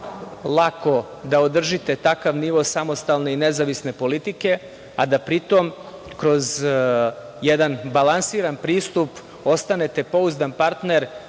lako da održite takav nivo samostalne i nezavisne politike, a da pritom kroz jedan balansiran pristup ostanete pouzdan partner